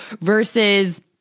versus